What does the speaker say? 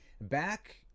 back